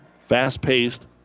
Fast-paced